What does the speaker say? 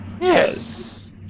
Yes